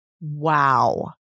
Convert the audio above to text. Wow